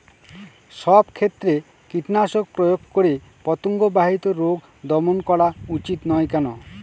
সব ক্ষেত্রে কীটনাশক প্রয়োগ করে পতঙ্গ বাহিত রোগ দমন করা উচিৎ নয় কেন?